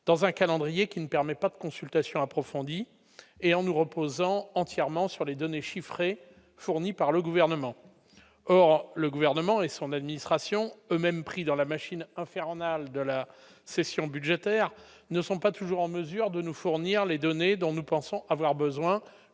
dans un calendrier qui ne permet pas de consultation approfondie et en nous reposant entièrement sur les données chiffrées fournies par le gouvernement, or le gouvernement et son administration même pris dans la machine infernale de la session budgétaire ne sont pas toujours en mesure de nous fournir les données dont nous pensons avoir besoin,